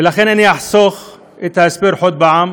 ולכן אני אחסוך את ההסבר עוד פעם.